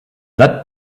that